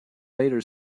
later